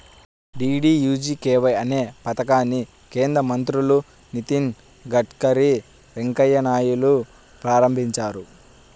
DDUGKY అనే పథకాన్ని కేంద్ర మంత్రులు నితిన్ గడ్కరీ, వెంకయ్య నాయుడులు ప్రారంభించారు